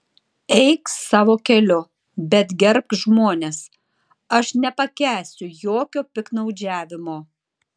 eik savo keliu bet gerbk žmones aš nepakęsiu jokio piktnaudžiavimo